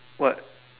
what